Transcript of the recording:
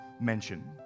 mention